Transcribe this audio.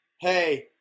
hey